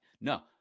No